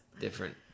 Different